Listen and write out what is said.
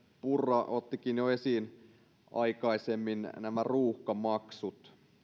purra ottikin jo aikaisemmin esiin nämä ruuhkamaksut